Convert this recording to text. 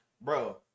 Bro